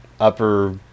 upper